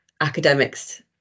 academics